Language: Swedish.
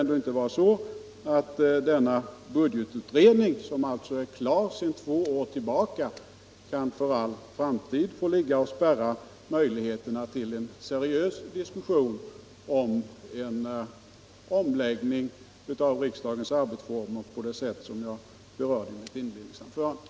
Denna budgetutredning, som alltså är klar sedan två år tillbaka, kan ju inte för all framtid få spärra möjligheterna till en seriös diskussion om en omläggning av riksdagens arbetsformer på det sätt som jag berörde i mitt inledningsanförande.